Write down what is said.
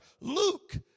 Luke